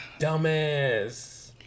dumbass